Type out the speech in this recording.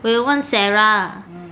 我有问 sarah